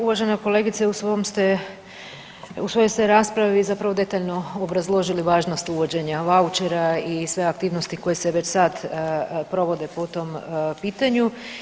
Uvažena kolegice u svojoj ste raspravi zapravo detaljno obrazložili važnost uvođenja vouchera i sve aktivnosti koje se već sad provode po tom pitanju.